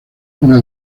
una